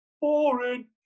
Boring